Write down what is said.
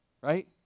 right